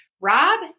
Rob